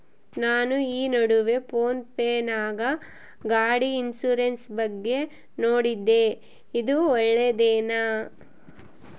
ನಾನು ಈ ನಡುವೆ ಫೋನ್ ಪೇ ನಾಗ ಗಾಡಿ ಇನ್ಸುರೆನ್ಸ್ ಬಗ್ಗೆ ನೋಡಿದ್ದೇ ಇದು ಒಳ್ಳೇದೇನಾ?